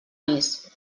més